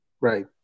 right